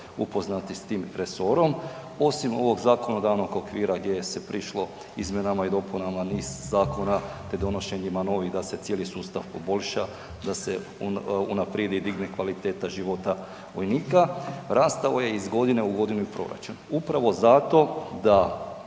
upoznati s tim resorom. Osim ovog zakonodavnog okvira gdje se prišlo izmjenama i dopunama niz zakona te donošenjima novih da cijeli sustav poboljša, da se unaprijedi i digne kvaliteta života vojnika, rastao je iz godine i godinu i proračun. Upravo zato da